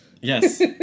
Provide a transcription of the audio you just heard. Yes